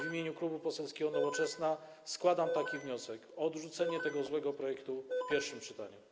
W imieniu Klubu Poselskiego Nowoczesna składam taki wniosek - o odrzucenie tego złego projektu w pierwszym czytaniu.